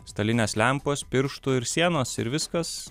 stalinės lempos pirštų ir sienos ir viskas